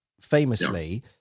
Famously